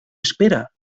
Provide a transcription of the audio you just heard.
espera